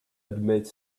admit